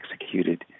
executed